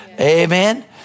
Amen